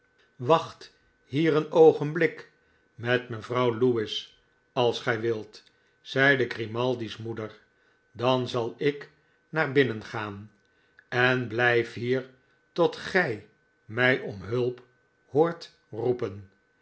wacht hier een oogenblik met mevrouw lewis als gij wilt zeide grimaldi's moeder dan zal ik naar binnen gaan en blijf hier tot gij mij om hulp hoort roepen